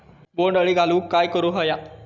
बोंड अळी घालवूक काय करू व्हया?